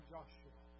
Joshua